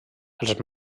els